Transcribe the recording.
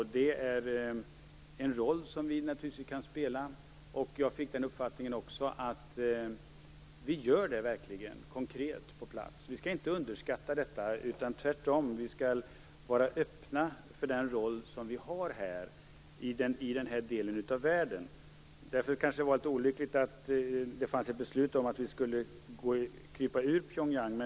Jag fick uppfattningen att Sverige verkligen spelar denna roll konkret på plats. Vi skall inte underskatta denna roll. Tvärtom skall vi vara öppna för den roll som Sverige har i den här delen av världen. Därför var det kanske litet olyckligt att det beslutades att vi skulle dra oss ur Pyongyang.